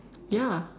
ya